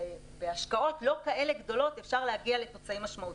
בהשקעות לא כאלה גדולות אפשר להגיע לתוצאים משמעותיים.